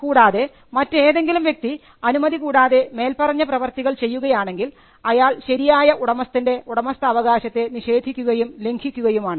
കൂടാതെ മറ്റേതെങ്കിലും വ്യക്തി അനുമതി കൂടാതെ മേൽ പറഞ്ഞ പ്രവർത്തികൾ ചെയ്യുകയാണെങ്കിൽ അയാൾ ശരിയായ ഉടമസ്ഥൻറെ ഉടമസ്ഥാവകാശത്തെ നിഷേധിക്കുകയും ലംഘിക്കുകയും ആണ്